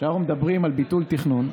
כשאנחנו מדברים על ביטול תכנון,